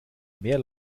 mehr